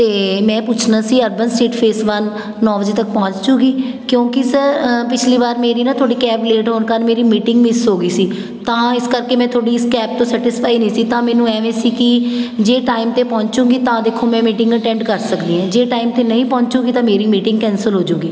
ਅਤੇ ਮੈਂ ਪੁੱਛਣਾ ਸੀ ਅਰਬਨ ਸਟੇਟ ਫੇਸ ਵਨ ਨੌ ਵਜੇ ਤੱਕ ਪਹੁੰਚ ਜੂੰਗੀ ਕਿਉਂਕਿ ਸਰ ਪਿਛਲੀ ਵਾਰ ਮੇਰੀ ਨਾ ਤੁਹਾਡੀ ਕੈਬ ਲੇਟ ਹੋਣ ਕਾਰਨ ਮੇਰੀ ਮੀਟਿੰਗ ਮਿਸ ਹੋ ਗਈ ਸੀ ਤਾਂ ਇਸ ਕਰਕੇ ਮੈਂ ਤੁਹਾਡੀ ਇਸ ਕੈਬ ਤੋਂ ਸੈਟਿਸਫਾਈ ਨਹੀਂ ਸੀ ਤਾਂ ਮੈਨੂੰ ਐਵੇਂ ਸੀ ਕਿ ਜੇ ਟਾਈਮ 'ਤੇ ਪਹੁੰਚੂਗੀ ਤਾਂ ਦੇਖੋ ਮੈਂ ਮੀਟਿੰਗ ਅਟੈਂਡ ਕਰ ਸਕਦੀ ਹਾਂ ਜੇ ਟਾਈਮ 'ਤੇ ਨਹੀਂ ਪਹੁੰਚੂਗੀ ਤਾਂ ਮੇਰੀ ਮੀਟਿੰਗ ਕੈਂਸਲ ਹੋਜੂਗੀ